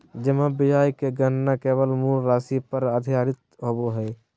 जमा ब्याज के गणना केवल मूल राशि पर आधारित होबो हइ